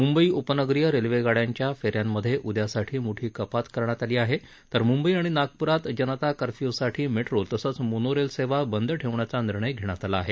म्ंबई उपनगरीय रेल्वेगाड्यांच्या फे यांमधे उदयासाठी मोठी कपात करण्यात आली आहे तर मुंबई आणि नागपूरात जनता कर्फ्यूसाठी मेट्रो तसंच मोनोरेल सेवा बंद ठेवण्याचा निर्णय घेण्यात आला आहे